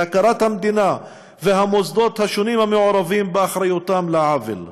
להכרת המדינה והמוסדות השונים המעורבים באחריותם לעוול.